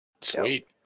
Sweet